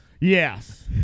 Yes